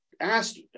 asked